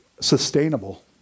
sustainable